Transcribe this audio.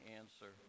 answer